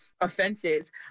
offenses